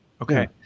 Okay